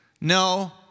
no